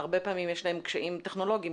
הרבה פעמים יש להם קשיים טכנולוגיים,